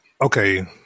okay